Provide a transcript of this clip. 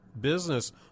business